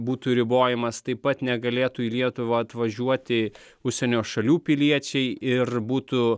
būtų ribojamas taip pat negalėtų į lietuvą atvažiuoti užsienio šalių piliečiai ir būtų